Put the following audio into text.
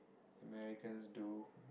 Americans do